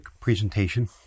presentation